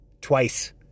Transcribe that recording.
Twice